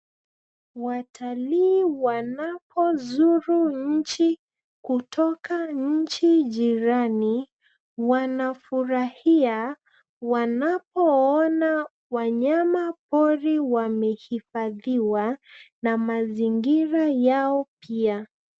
Watalii wanapozuru nchi kutoka nchi jirani wanafurahia wanapoona wanyama pori wamehifadhiwa na mazingira yao pia.